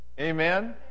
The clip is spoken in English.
Amen